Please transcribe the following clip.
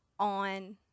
on